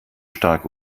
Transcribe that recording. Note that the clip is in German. stark